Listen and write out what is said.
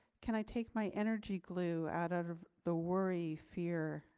can i take my energy glue out of the worry fear,